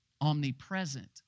omnipresent